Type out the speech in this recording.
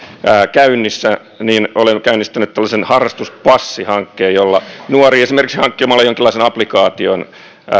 käynnissä olen käynnistänyt tällaisen harrastuspassihankkeen nuori esimerkiksi hankkimalla jonkinlaisen applikaation